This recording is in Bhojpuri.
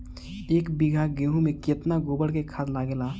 एक बीगहा गेहूं में केतना गोबर के खाद लागेला?